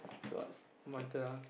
my turn ah